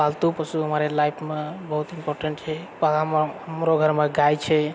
पालतु पशु हमारे लाइफमे बहुते इम्पोर्टेन्ट छै पगहामे हमरो घरमे गाय छै